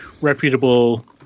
reputable